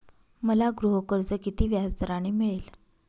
मला गृहकर्ज किती व्याजदराने मिळेल?